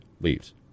leaves